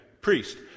Priest